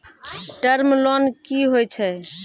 Term loan कि होय छै?